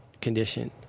condition